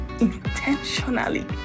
intentionally